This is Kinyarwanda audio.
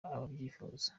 ababyifuza